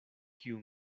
kiu